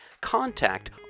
contact